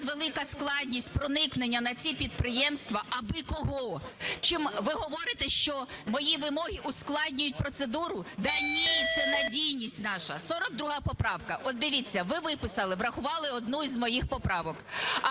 ви виписали, врахували одну із моїх поправок.